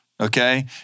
Okay